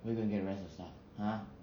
where you gonna get the rest of your stuff !huh!